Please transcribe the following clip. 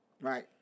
Right